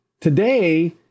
Today